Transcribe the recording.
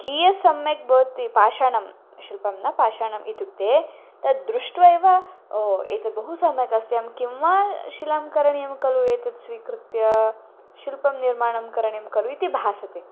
कियत् सम्यक् भवति पाषाणं शिल्पं न पाषाणम् इत्युक्ते तद्दृष्ट्वा एव ओ एतत् बहु सम्यक् अस्ति अहं किं वा शिलां करणीयं खलु एतत् स्वीकृत्य शिल्पं निर्माणं करणीयं खलु इति भासते